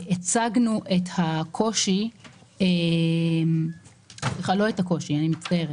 הצגנו את הקושי, סליחה לא את הקושי, אני מצטערת,